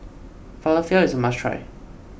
Falafel is a must try